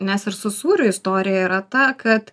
nes ir su sūriu istorija yra ta kad